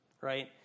right